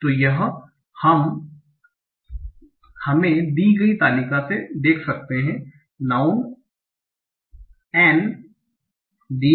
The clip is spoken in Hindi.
तो यह हम हमें दी गई तालिका से देख सकते हैं नाऊन N